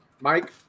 Mike